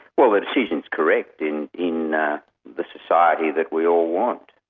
well the decision's correct in in ah the society that we all want.